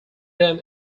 them